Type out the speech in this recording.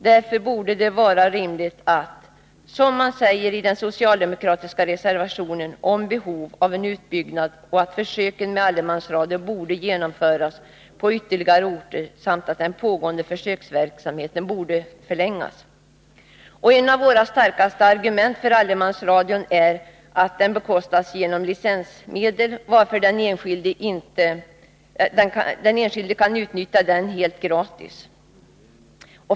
Därför borde det vara rimligt att kammaren anslöt sig till vad man säger i den socialdemokratiska reservationen om behov av en utbyggnad och att försöken med allemansradio borde genomföras på ytterligare orter samt att den pågående försöksverksamheten borde förlängas. 125 Ett av våra starka argument för allemansradion är att den bekostas genoru licensmedel, varför den enskilde kan utnyttja den helt gratis.